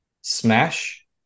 Smash